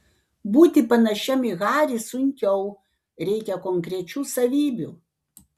būti panašiam į harį sunkiau reikia konkrečių savybių